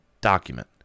document